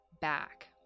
back